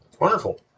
Wonderful